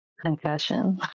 Concussion